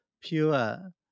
pure